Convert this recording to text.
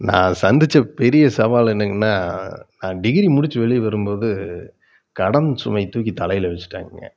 நான் சந்தித்த பெரிய சவால் என்னங்கனா நான் டிகிரி முடிச்சு வெளியே வரும்போது கடன் சுமையை தூக்கி தலையில் வச்சிட்டாங்கங்க